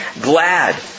glad